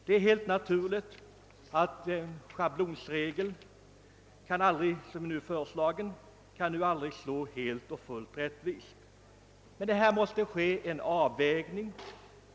Det är helt naturligt att den schablonregel som nu föreslagits aldrig kan slå helt rättvist. Här måste ske en avvägning.